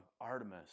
Artemis